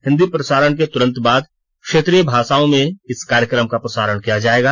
हिंदी प्रसारण के तुरंत बाद क्षेत्रीय भाषाओं में इस कार्यक्रम का प्रसारण किया जाएगा